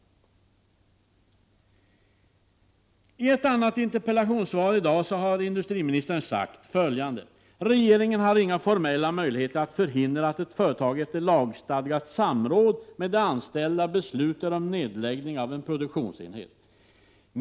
I ett annat interpellationssvar har industriministern sagt följande: ”Regeringen har inga formella möjligheter att förhindra att ett företag, efter lagstadgat samråd med de anställda, beslutar om nedläggning av en produktionsenhet.